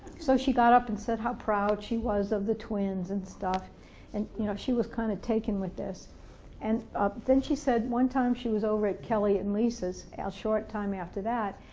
so she got up and said how proud she was of the twins and stuff and you know she was kind of taken with this and then she said one time she was over at kelly and lisa's a short time after that,